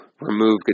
remove